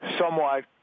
somewhat